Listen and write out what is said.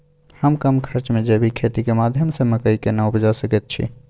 हम कम खर्च में जैविक खेती के माध्यम से मकई केना उपजा सकेत छी?